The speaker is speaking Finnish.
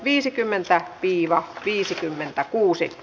keskustelua ei syntynyt